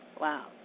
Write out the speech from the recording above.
Wow